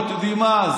אתם יודעים מה?